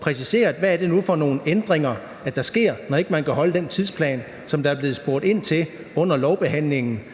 præciseret, hvad det nu er for nogle ændringer, der sker, når man ikke kan overholde den tidsplan, som der er blevet spurgt ind til under lovbehandlingen